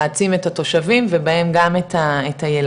להעצים את התושבים ובהם גם את הילדים,